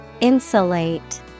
Insulate